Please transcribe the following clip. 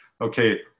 Okay